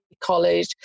College